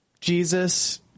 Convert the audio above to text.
Jesus